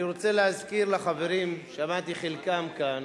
אני רוצה להזכיר לחברים, שמעתי את חלקם כאן,